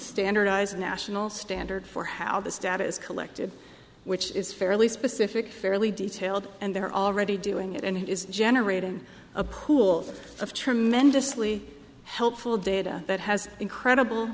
standardized national standard for how this data is collected which is fairly specific fairly detailed and they're already doing it and it is generating a pool of tremendously helpful data that has incredible